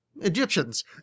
Egyptians